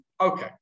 Okay